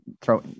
throw